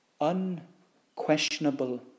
unquestionable